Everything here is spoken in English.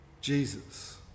Jesus